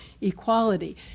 equality